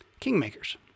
kingmakers